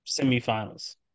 semifinals